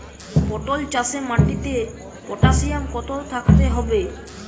পটল চাষে মাটিতে পটাশিয়াম কত থাকতে হবে?